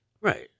right